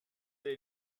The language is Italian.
dei